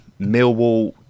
Millwall